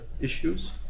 issues